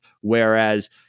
Whereas